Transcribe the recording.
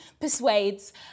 persuades